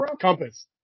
Compass